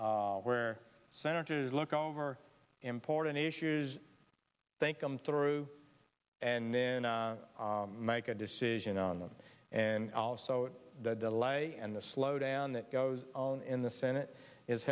p where senators look over important issues thank them through and then make a decision on them and also the delay and the slow down that goes on in the senate is